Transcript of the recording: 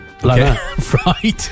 right